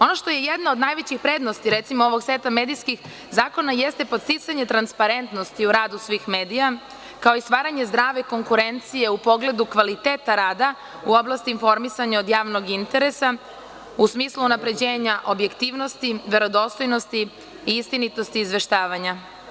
Ono što je jedna od najvećih prednosti, recimo, ovog seta medijskih zakona jeste podsticanje transparentnosti u radu svih medija, kao i stvaranje zdrave konkurencije u pogledu kvaliteta rada u oblasti informisanja od javnog interesa u smislu unapređenja objektivnosti, verodostojnosti i istinitosti izveštavanja.